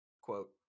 quote